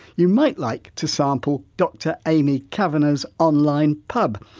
you might like to sample dr amy kavanagh's online pub,